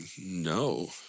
no